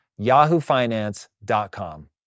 yahoofinance.com